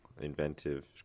inventive